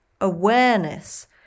awareness